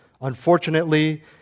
Unfortunately